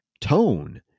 tone